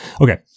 okay